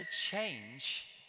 change